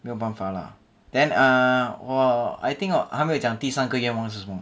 没有办法啦 then err 我 I think or 还没有这样第三个愿望是什么